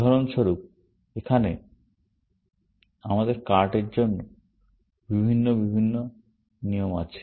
উদাহরণস্বরূপ এখানে আমাদের কার্ডের জন্য কিছু ভিন্ন নিয়ম আছে